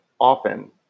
often